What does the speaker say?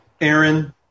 Aaron